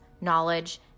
knowledge